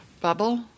bubble